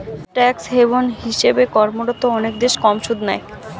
tax haven হিসেবে কর্মরত অনেক দেশ কম সুদ নেয়